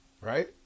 right